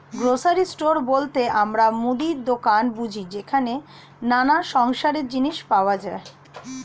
grocery store বলতে আমরা মুদির দোকান বুঝি যেখানে নানা সংসারের জিনিস পাওয়া যায়